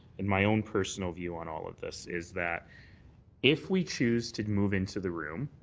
in my own personal view on all of this, is that if we choose to move into the room,